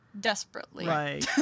desperately